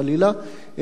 חלילה,